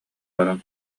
баран